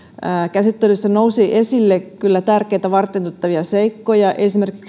käsittelyssä nousi esille tärkeitä varteenotettavia seikkoja esimerkiksi